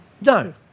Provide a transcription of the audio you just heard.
No